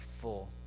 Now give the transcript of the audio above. full